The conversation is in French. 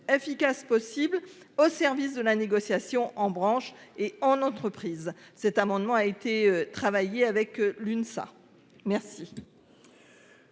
efficace possible au service de la négociation en branche et en entreprise. Cet amendement a été travaillé avec l'UNSA, merci.